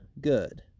good